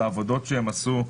בעבודות שהם עשו,